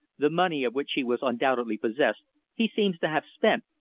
the money of which he was undoubtedly possessed he seems to have spent,